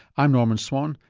i'm norman swan.